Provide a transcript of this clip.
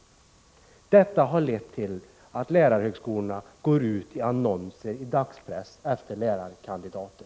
Detta har lett till att lärarhögskolorna har gått ut med annonser i dagspress efter lärarkandidater.